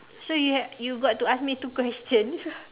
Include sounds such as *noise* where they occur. so you have you got to ask me two questions *laughs*